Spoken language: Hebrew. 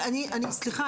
סליחה,